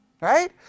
Right